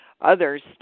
others